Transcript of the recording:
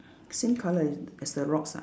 same colour as as the rocks ah